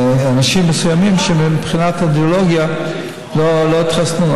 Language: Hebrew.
אנשים מסוימים שמבחינת אידיאולוגיה לא התחסנו,